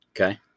Okay